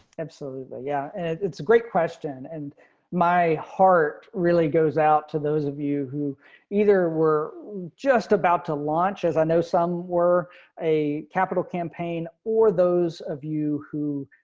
absolutely. yeah, it's a great question. and my heart really goes out to those of you who either were just about to launch as i know some were a capital campaign or those of you who